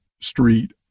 street